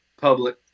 public